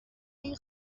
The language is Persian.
این